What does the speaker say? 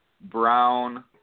Brown